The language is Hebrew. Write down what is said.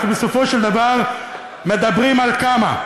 אנחנו בסופו של דבר מדברים על כמה?